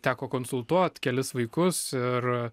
teko konsultuot kelis vaikus ir